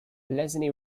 leslie